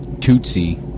tootsie